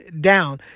down